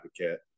advocate